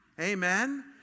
Amen